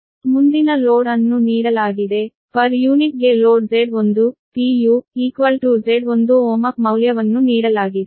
ಮುಂದಿನ ಲೋಡ್ ಅನ್ನು ನೀಡಲಾಗಿದೆ ಪರ್ ಯೂನಿಟ್ ಗೆ ಲೋಡ್ Z1 Z1 ohmic ಮೌಲ್ಯವನ್ನು ನೀಡಲಾಗಿದೆ